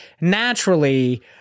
naturally